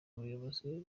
umuyobozi